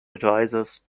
advisors